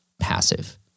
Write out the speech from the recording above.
passive